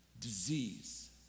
disease